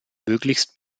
möglichst